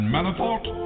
Manafort